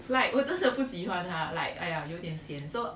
like 我真的不喜欢他 like !aiya! 有点 sian